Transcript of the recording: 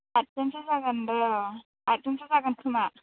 आठजोनसो जागोन र' आदजोनसो जागोन खोमा